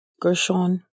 Gershon